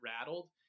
rattled